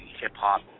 hip-hop